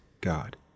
God